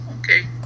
okay